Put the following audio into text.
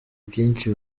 byinshi